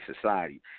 society